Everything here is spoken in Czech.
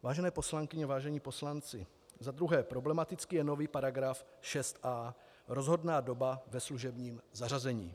Vážené poslankyně, vážení poslanci, za druhé problematický je nový § 6a, rozhodná doba ve služebním zařazení.